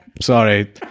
sorry